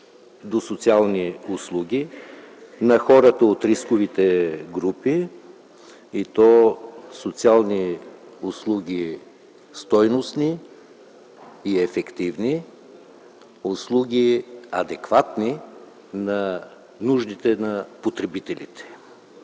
до социални услуги на хората от рисковите групи, и то стойностни и ефективни социални услуги, адекватни на нуждите на потребителите.